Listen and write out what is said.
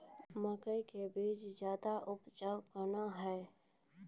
मकई के बीज ज्यादा उपजाऊ कौन है?